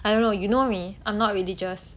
I don't know you know me I'm not religious